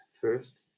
first